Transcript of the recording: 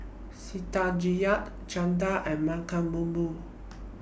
Chanda and